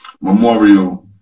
Memorial